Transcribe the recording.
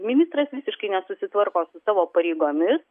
ministras visiškai nesusitvarko su savo pareigomis